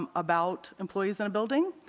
um about employees in a building.